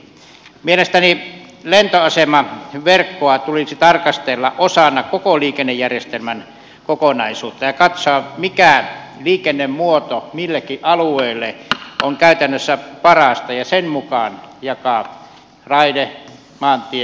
mielestäni lentoasemaverkkoa tulisi tarkastella osana koko liikennejärjestelmän kokonaisuutta ja katsoa mikä liikennemuoto millekin alueelle on käytännössä paras ja sen mukaan jakaa raide maantie ja lentoliikenne